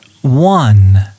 one